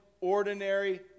ordinary